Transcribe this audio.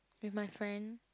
with my friend